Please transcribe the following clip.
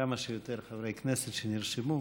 כמה שיותר חברי כנסת שנרשמו.